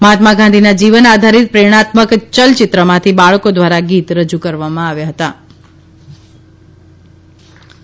મહાત્મા ગાંધીના જીવન આધારીત પ્રેરણાત્મક ચલચિત્રમાંથી બાળકો દ્વારા ગીત રજુ કરવામાં આવ્યુ હતુ